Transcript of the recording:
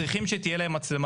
צריכים שתהיה להם מצלמה.